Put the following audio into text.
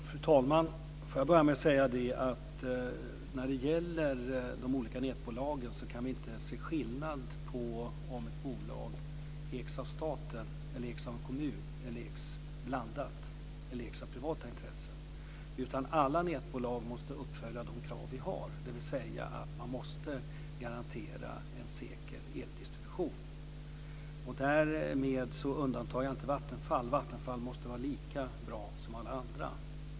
Fru talman! Jag vill börja med att säga att när det gäller de olika nätbolagen kan vi inte göra skillnad på om ett bolag ägs av staten, ägs av en kommun, ägs blandat eller ägs av privata intressen, utan alla nätbolag måste uppfylla kraven, dvs. att de måste garantera en säker eldistribution. Därmed undantar jag inte Vattenfall. Vattenfall måste vara lika bra som alla andra.